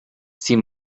sie